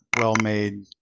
well-made